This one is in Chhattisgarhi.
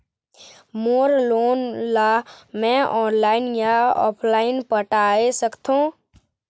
मोर लोन ला मैं ऑनलाइन या ऑफलाइन पटाए सकथों?